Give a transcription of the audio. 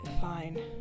Fine